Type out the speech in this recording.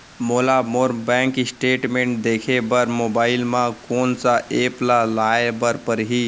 मोला मोर bank statement देखे बर मोबाइल मा कोन सा एप ला लाए बर परही?